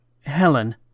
Helen